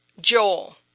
Joel